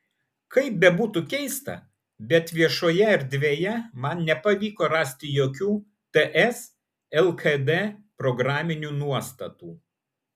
kaip bebūtų keista bet viešoje erdvėje man nepavyko rasti jokių ts lkd programinių nuostatų